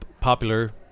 popular